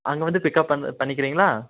அங்கே வந்து பிக்கப் பண்ணுறது பண்ணிக்கிறீங்களா